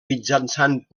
mitjançant